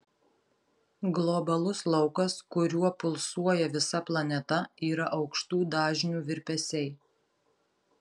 globalus laukas kuriuo pulsuoja visa planeta yra aukštų dažnių virpesiai